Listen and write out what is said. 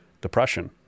depression